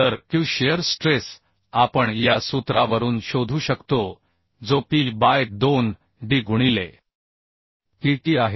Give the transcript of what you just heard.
तर Q shear stress आपण या सूत्रावरून शोधू शकतो जो P बाय 2 D गुणिले TT आहे